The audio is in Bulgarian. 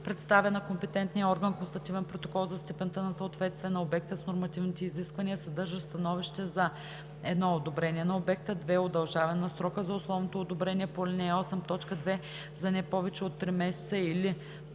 представя на компетентния орган констативен протокол за степента на съответствие на обекта с нормативните изисквания, съдържащ становище за: 1. одобрение на обекта, 2. удължаване срока на условното одобрение по ал. 8, т. 2 за не повече от три месеца, или 3.